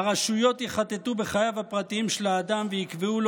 הרשויות יחטטו בחייו הפרטיים של האדם ויקבעו לו